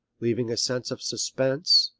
leaving a sense of suspense,